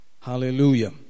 Hallelujah